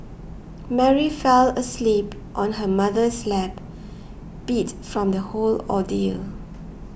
Mary fell asleep on her mother's lap beat from the whole ordeal